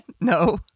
No